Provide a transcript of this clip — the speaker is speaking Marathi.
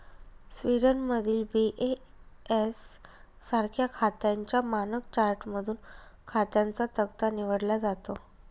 स्वीडनमधील बी.ए.एस सारख्या खात्यांच्या मानक चार्टमधून खात्यांचा तक्ता निवडला जातो